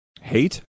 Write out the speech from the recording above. hate